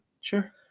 Sure